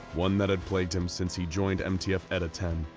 one that had plagued him since he joined mtf eta ten.